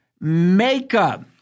makeup